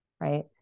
right